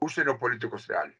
užsienio politikos realijų